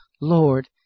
Lord